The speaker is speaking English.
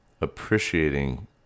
appreciating